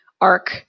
arc